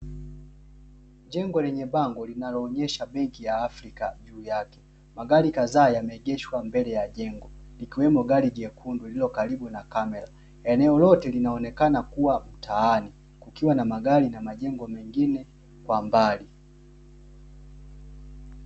Jengo lenye bango linaloonyesha benki ya Afrika juu yake, magari kadhaa yameegeshwa mbele ya jengo likiwemo gari jekundu lililokaribu na kamera. Eneo lote linaonekana kuwa mtaani, kukiwa na magari na majengo mengine kwa mbali.